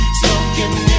smoking